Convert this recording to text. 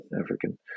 African